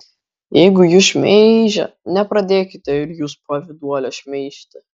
jeigu jus šmeižia nepradėkite ir jūs pavyduolio šmeižti